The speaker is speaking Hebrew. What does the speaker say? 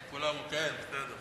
אם כולם אמרו כן, בסדר.